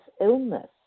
illness